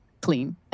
clean